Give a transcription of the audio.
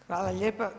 Hvala lijepa.